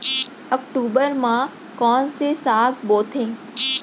अक्टूबर मा कोन से साग बोथे?